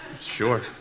Sure